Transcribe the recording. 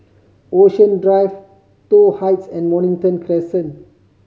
Ocean Drive Toh Heights and Mornington Crescent